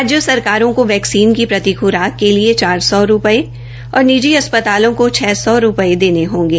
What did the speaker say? राज्य सरकारों को वैक्सीन की प्रति ख्राक के लिए चार सौ रूपये और निजी अस्पतालों को छह सौ रूपये देने होंगे